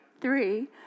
three